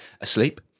asleep